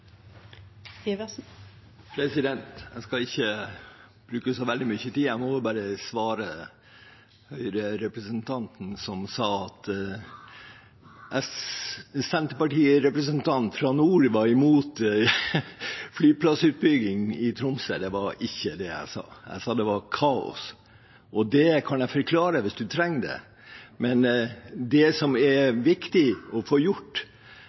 nord var imot flyplassutbygging i Tromsø. Det var ikke det jeg sa. Jeg sa det var kaos, og det kan jeg forklare hvis man trenger det. Det som er viktig å få gjort